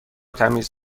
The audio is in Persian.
تمیز